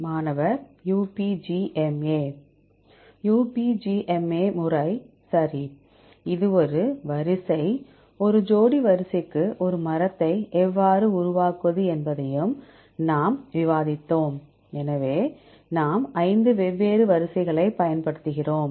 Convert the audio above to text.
மாணவர் UPGMA UPGMA முறை சரி ஒரு வரிசை ஒரு ஜோடி வரிசைக்கு ஒரு மரத்தை எவ்வாறு உருவாக்குவது என்பதையும் நாம் விவாதித்தோம் நாம் 5 வெவ்வேறு வரிசைகளைப் பயன்படுத்துகிறோம்